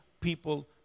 people